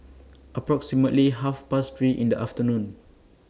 approximately Half Past three in The afternoon